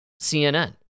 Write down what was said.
CNN